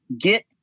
get